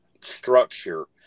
structure